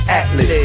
atlas